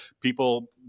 people